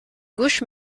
gauche